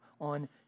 on